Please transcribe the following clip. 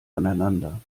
aneinander